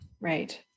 Right